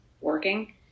working